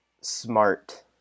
smart